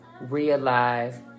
realize